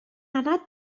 anad